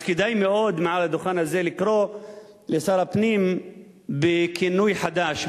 אז כדאי מאוד מעל הדוכן הזה לקרוא לשר הפנים בכינוי חדש,